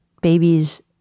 babies